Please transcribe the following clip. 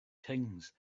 kings